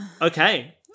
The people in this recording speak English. Okay